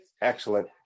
excellent